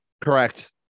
Correct